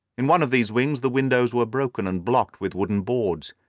in one of these wings the windows were broken and blocked with wooden boards,